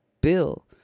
bill